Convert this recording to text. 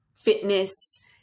fitness